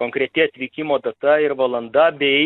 konkreti atvykimo data ir valanda bei